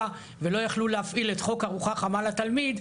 ולא יכלו להפעיל את חוק ארוחה חמה לתלמיד,